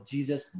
Jesus